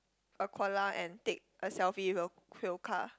a koala and take a selfie with a quokka